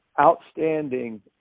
outstanding